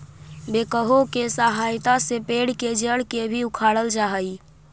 backhoe के सहायता से पेड़ के जड़ के भी उखाड़ल जा हई